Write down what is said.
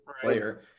player